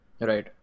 Right